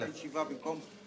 התחלתם את הישיבה במקום ב-9:00,